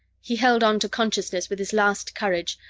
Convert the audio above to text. he held on to consciousness with his last courage,